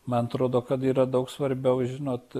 man atrodo kad yra daug svarbiau žinot